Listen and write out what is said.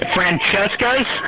Francesca's